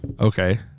Okay